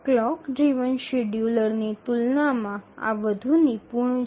clock driven શેડ્યૂલર્સની તુલનામાં આ વધુ નિપુણ છે